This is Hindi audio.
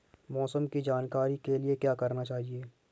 मौसम की जानकारी के लिए क्या करना चाहिए?